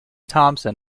thompson